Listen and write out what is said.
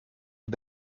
est